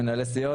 מנהלי סיעות?